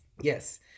Yes